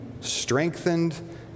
strengthened